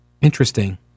Interesting